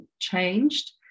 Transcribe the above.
changed